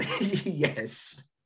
Yes